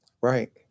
Right